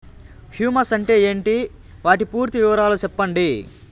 Humus అంటే ఏంటి? వాటి పూర్తి వివరాలు సెప్పండి?